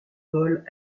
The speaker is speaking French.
vols